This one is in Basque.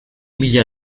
mila